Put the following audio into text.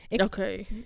okay